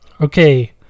Okay